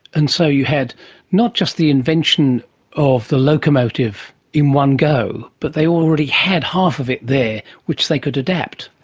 and so you had not just the invention of the locomotive in one go, but they already had half of it there which they could adapt.